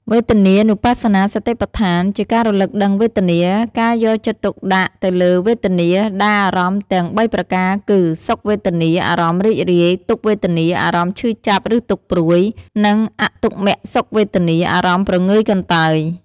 វេទនានុបស្សនាសតិប្បដ្ឋាន ជាការការរលឹកដឹងវេទនា ការយកចិត្តទុកដាក់ទៅលើវេទនា ដែលអារម្មណ៍ទាំងបីប្រការគឺ សុខវេទនា អារម្មណ៍រីករាយ ទុក្ខវេទនា អារម្មណ៍ឈឺចាប់ឬទុក្ខព្រួយ និង អទុក្ខមសុខវេទនា អារម្មណ៍ព្រងើយកន្តើយ។